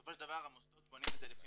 בסופו של דבר המוסדות בונים את זה לפי